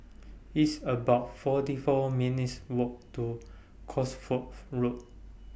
It's about forty four minutes' Walk to Cos Fourth Road